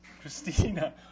Christina